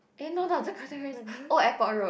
eh no not Dakota Crescent sorry Old Airport Road